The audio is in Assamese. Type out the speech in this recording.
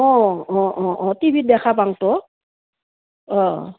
অঁ অঁ অঁ অঁ টিভিত দেখা পাংতো অঁ